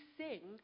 sing